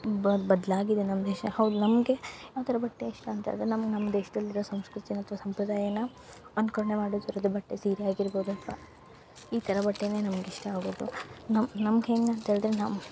ತುಂಬ ಬದಲಾಗಿದೆ ನಮ್ಮ ದೇಶ ಹೌದು ನಮಗೆ ಯಾವ ಥರ ಬಟ್ಟೆ ಇಷ್ಟ ಅಂತೇಳ್ದ್ರೆ ನಮಗೆ ನಮ್ಮ ದೇಶದಲ್ಲಿರೊ ಸಂಸ್ಕೃತಿನ ಅಥ್ವ ಸಂಪ್ರದಾಯನ ಅನುಕರಣೆ ಮಾಡತಿರೋದು ಬಟ್ಟೆ ಸೀರೆ ಆಗಿರ್ಬಹುದು ಅಥ್ವ ಈ ಥರ ಬಟ್ಟೆನೆ ನಮ್ಗೆ ಇಷ್ಟ ಆಗೋದು ನಮ್ಮ ನಮ್ಮ ಹೇಗಂತ ಹೇಳಿದರೆ